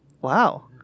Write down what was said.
Wow